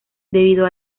debido